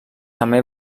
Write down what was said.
també